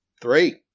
Three